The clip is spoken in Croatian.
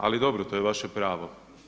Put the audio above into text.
Ali dobro, to je vaše pravo.